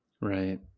right